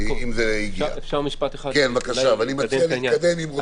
אני מציע להתקדם, אם רוצים.